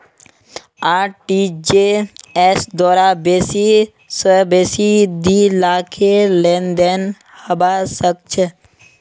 RTGS द्वारे बेसी स बेसी दी लाखेर लेनदेन हबा सख छ